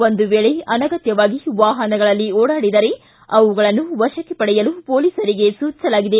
ಒಂದು ವೇಳೆ ಅನಗತ್ವವಾಗಿ ವಾಹನಗಳಲ್ಲಿ ಓಡಾಡಿದರೆ ಅವುಗಳನ್ನು ವಶಕ್ಕೆ ಪಡೆಯಲು ಪೊಲೀಸರಿಗೆ ಸೂಚಿಸಲಾಗಿದೆ